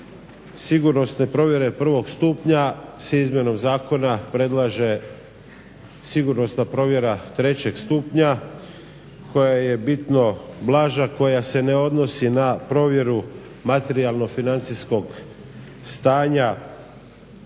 sigurnosne provjere prvog stupnja se izmjenom zakona predlaže sigurnosna provjera trećeg stupnja koja je bitno blaža, koja se ne odnosi na provjeru materijalno-financijskog stanja